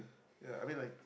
ya I mean I